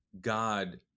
god